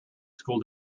school